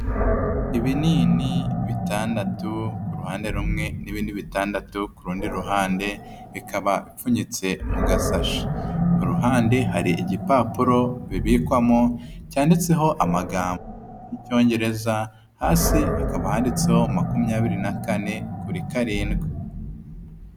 Ibinini bitandatu ku ruhande rumwe n'ibindi bitandatu ku rundi ruhande bikaba bipfunyitse mu gasashi, ku ruhande hari igipapuro bibikwamo cyanditseho amagambo yo mu Cyongereza, hasi hakaba handitseho makumyabiri na kane kuri karindwi.